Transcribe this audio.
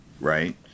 right